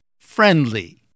friendly